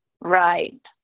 Right